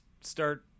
start